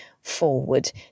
Forward